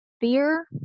fear